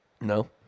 No